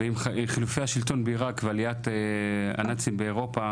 ועם חילופי השלטון בעירק ועליית הנאצים באירופה,